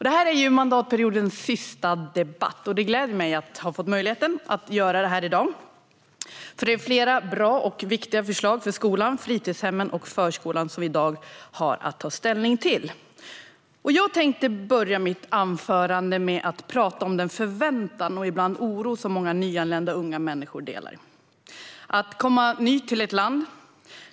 Detta är mandatperiodens sista debatt, och det gläder mig att ha fått möjlighet att göra detta i dag. Det är flera bra och viktiga förslag för skolan, fritidshemmen och förskolan som vi i dag har att ta ställning till. Jag tänkte börja mitt anförande med att tala om den förväntan och ibland oro som många nyanlända unga människor delar. Du kommer som ny till ett land.